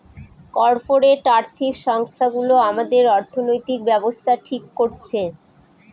corporate আর্থিক সংস্থানগুলো আমাদের অর্থনৈতিক ব্যাবস্থা ঠিক করছে